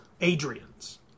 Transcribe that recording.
adrian's